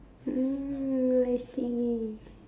mm I see